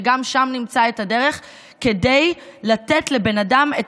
גם שם נמצא את הדרך כדי לתת לבן אדם את